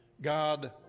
God